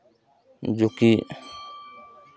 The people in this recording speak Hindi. जो कि